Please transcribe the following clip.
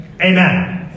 amen